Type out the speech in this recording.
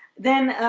then